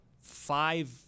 five